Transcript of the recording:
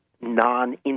non